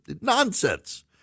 nonsense